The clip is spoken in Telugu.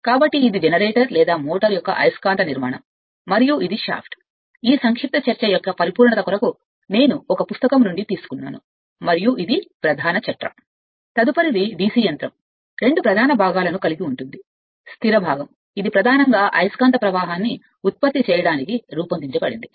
కాబట్టి ఇది జనరేటర్ లేదా మోటారు ఇక్కడ మీరు అయస్కాంత నిర్మాణం అని పిలుస్తారు మరియు ఇది షాఫ్ట్ ఈ సంక్షిప్త చర్చ యొక్క పరిపూర్ణత కొరకు నేను ఒక పుస్తకం నుండి తీసుకున్నాను మరియు ఇది ప్రధాన ఛట్రం తదుపరిది DC యంత్రం రెండు ప్రధాన భాగాలను కలిగి ఉంటుంది స్థిర భాగం ప్రధానంగా అయస్కాంత ప్రవాహాన్ని ఉత్పత్తి చేయడానికి రూపొందించబడింది